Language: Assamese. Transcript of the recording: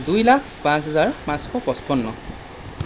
দুই লাখ পাঁচ হেজাৰ পাঁচশ পঁচপন্ন